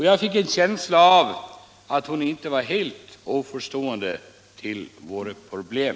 Jag fick en känsla av att hon inte var helt oförstående för våra problem.